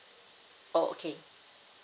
oh okay